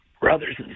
brothers